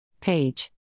Page